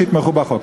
שיתמכו בחוק.